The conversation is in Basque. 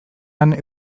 han